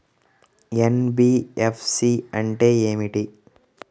NBFC అంటే ఏమిటి?